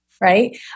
right